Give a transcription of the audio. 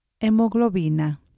Hemoglobina